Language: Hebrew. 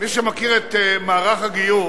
מי שמכיר את מערך הגיור